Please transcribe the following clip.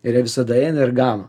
ir jie visada eina ir gano